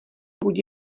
buď